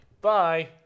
Bye